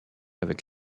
avec